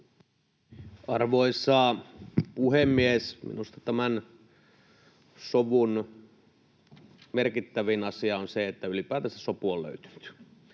Arvoisa puhemies! Minusta tämän sovun merkittävin asia on se, että ylipäätänsä sopu on löytynyt,